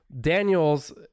Daniels